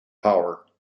power